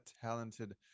talented